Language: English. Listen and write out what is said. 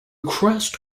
crest